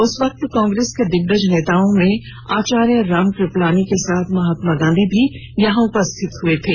उस वक्त कांग्रेस र्क दिग्गज नेताओं में आचार्य राम कृपलानी के साथ महात्मा गांधी भी यहां उपस्थित हुए थे